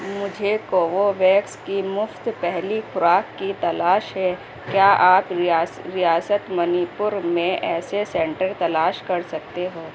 مجھے کووو ویکس کی مفت پہلی خوراک کی تلاش ہے کیا آپ ریاست منی پور میں ایسے سینٹر تلاش کر سکتے ہو